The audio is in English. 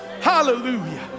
Hallelujah